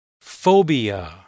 phobia